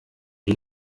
die